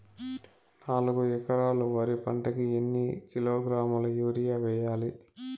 నాలుగు ఎకరాలు వరి పంటకి ఎన్ని కిలోగ్రాముల యూరియ వేయాలి?